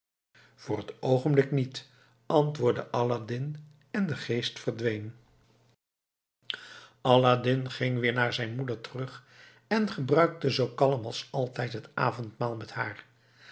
voor t oogenblik niet antwoordde aladdin en de geest verdween aladdin ging weer naar zijn moeder terug en gebruikte zoo kalm als altijd het avondmaal met haar